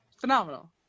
phenomenal